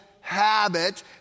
habit